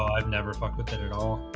i've never fucked with it at all